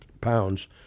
pounds